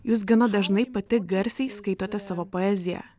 jūs gana dažnai pati garsiai skaitote savo poeziją